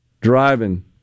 driving